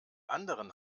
anderen